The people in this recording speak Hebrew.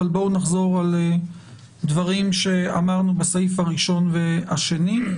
אבל בואו נחזור על דברים שאמרנו בסעיף הראשון והשני.